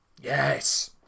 yes